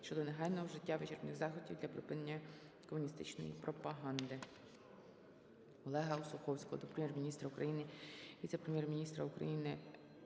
щодо негайного вжиття вичерпних заходів для припинення комуністичної пропаганди. Олега Осуховського до Прем'єр-міністра України, віце-прем'єр-міністра України